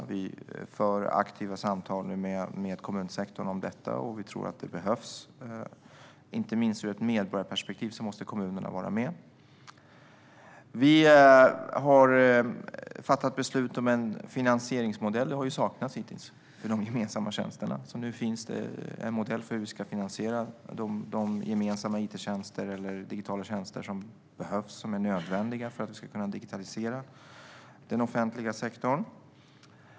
Vi för aktiva samtal med kommunsektorn om detta, och vi tror att det behövs. Inte minst ur ett medborgarperspektiv måste kommunerna vara med. Vi har fattat beslut om en finansieringsmodell. Det har hittills saknats i de gemensamma tjänsterna. Nu finns en modell för hur vi ska finansiera de gemensamma it-tjänster eller digitala tjänster som behövs och som är nödvändiga för att vi ska kunna digitalisera den offentliga sektorn.